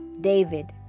David